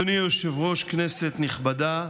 אדוני היושב-ראש, כנסת נכבדה,